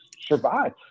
survive